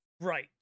Right